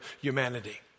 humanity